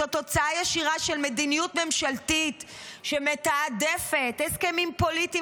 זו תוצאה ישירה של מדיניות ממשלתית שמתעדפת הסכמים פוליטיים